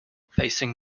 facing